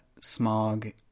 Smog